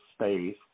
space